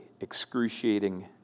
excruciating